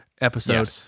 episode